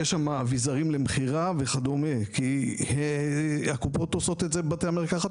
יהיו שם אביזרים למכירה וכדומה כי הקופות עושות את זה בבתי המרקחת